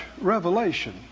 revelation